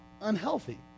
unhealthy